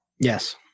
yes